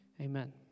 Amen